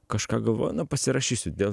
kažką galvoju na pasirašysiu dėl